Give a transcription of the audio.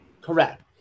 Correct